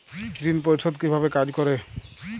ঋণ পরিশোধ কিভাবে কাজ করে?